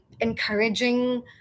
Encouraging